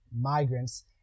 migrants